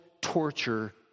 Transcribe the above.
torture